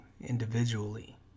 individually